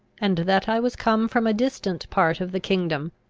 and that i was come from a distant part of the kingdom,